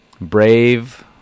Brave